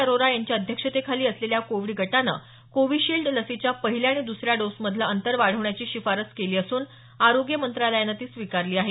अरोरा यांच्या अध्यक्षतेखाली असलेल्या कोविड गटानं कोविशिल्ड लसीच्या पहिल्या आणि दुसऱ्या डोसमधील अंतर वाढवण्याची शिफारस केली असून आरोग्य मंत्रालयानं ती स्वीकारली आहे